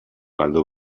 galdu